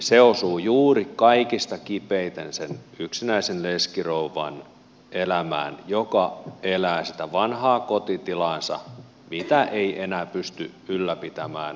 se osuu juuri kaikista kipeimmin sen yksinäisen leskirouvan elämään joka elää sitä vanhaa kotitilaansa jota ei enää pysty ylläpitämään